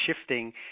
shifting